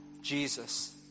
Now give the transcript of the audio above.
Jesus